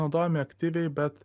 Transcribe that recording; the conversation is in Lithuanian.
naudojami aktyviai bet